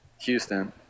Houston